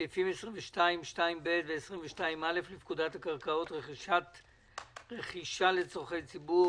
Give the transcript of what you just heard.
סעיפים 22(2ב) ו-22א לפקודת הקרקעות (רכישה לצרכי ציבור),